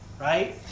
right